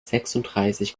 sechsunddreißig